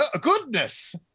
goodness